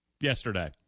yesterday